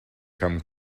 come